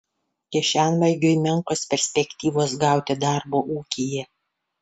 kišenvagiui menkos perspektyvos gauti darbo ūkyje